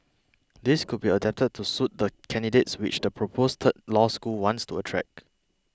these could be adapted to suit the candidates which the proposed third law school wants to attract